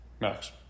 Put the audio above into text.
Max